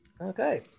Okay